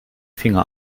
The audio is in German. finger